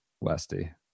Westy